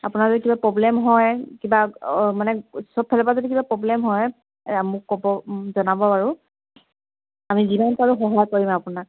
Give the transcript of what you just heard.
আপোনাৰ যদি কিবা প্ৰব্লেম হয় মানে সবফালৰ পৰা কিবা প্ৰব্লেম হয় মোক ক'ব জনাব আৰু আমি যিমান পাৰোঁ সহায় কৰিম আপোনাক